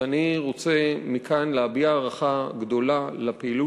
ואני רוצה מכאן להביע הערכה גדולה לפעילות